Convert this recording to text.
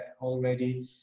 already